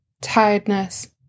tiredness